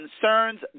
concerns